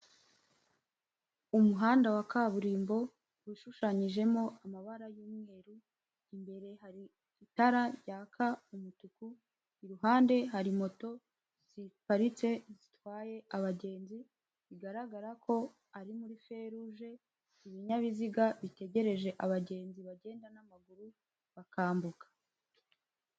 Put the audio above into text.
Umuhanda wa kaburimbo ushushanyijemo amabara y'umweru, imbere hari itara ryaka umutuku, iruhande hari moto ziparitse zitwaye abagenzi, bigaragara ko ari muri feruje, ibinyabiziga bitegereje abagenzi, abagenda n'amaguru bakambuka.